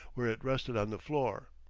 where it rested on the floor.